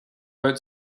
out